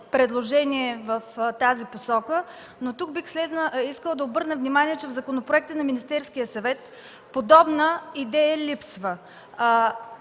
предложение в тази посока. Тук искам обаче да обърна внимание, че в законопроекта на Министерския съвет подобна идея липсва.